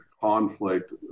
conflict